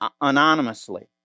anonymously